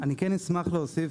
אני כן אשמח להוסיף